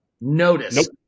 Notice